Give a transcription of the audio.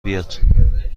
بیاد